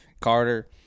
Carter